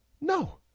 No